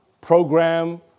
program